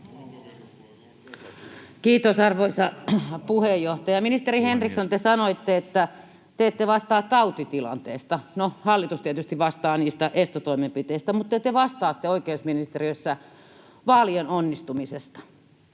Kiitos, arvoisa puheenjohtaja! [Puhemies: Puhemies!] Ministeri Henriksson, te sanoitte, että te ette vastaa tautitilanteesta. No, hallitus tietysti vastaa niistä estotoimenpiteistä, mutta te vastaatte oikeusministeriössä vaalien onnistumisesta,